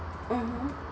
mmhmm